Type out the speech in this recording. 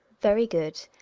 very good,